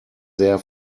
there